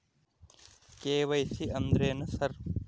KYC ಅಂದ್ರೇನು sir?